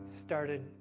started